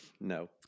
no